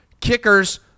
kickers